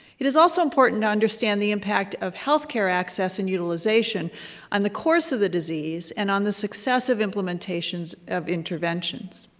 it is also important to understand the impact of healthcare access and utilization on the course of the disease and on the successive implementations of interventions.